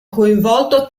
coinvolto